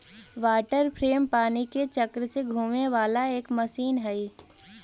water frame पानी के चक्र से घूमे वाला एक मशीन हई